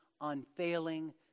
unfailing